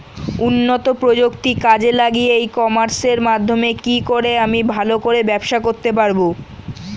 উন্নত প্রযুক্তি কাজে লাগিয়ে ই কমার্সের মাধ্যমে কি করে আমি ভালো করে ব্যবসা করতে পারব?